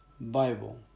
bible